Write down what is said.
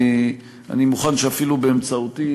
אני מוכן שאפילו באמצעותי,